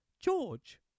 George